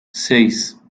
seis